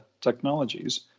technologies